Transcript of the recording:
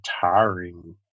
tiring